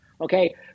okay